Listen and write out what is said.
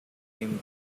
him